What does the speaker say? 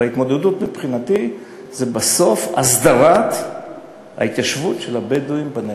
וההתמודדות מבחינתי זה בסוף הסדרת ההתיישבות של הבדואים בנגב.